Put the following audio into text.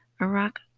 Iraq